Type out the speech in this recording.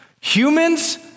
Humans